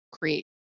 create